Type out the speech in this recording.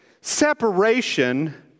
Separation